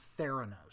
Theranos